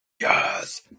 Yes